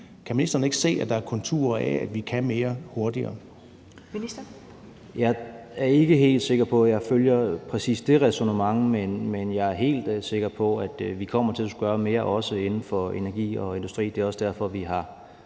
Klima-, energi- og forsyningsministeren (Dan Jørgensen): Jeg er ikke helt sikker på, at jeg følger præcis det ræsonnement, men jeg er helt sikker på, at vi kommer til at skulle gøre mere, også inden for energi og industri, og det er også derfor, vi har